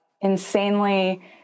insanely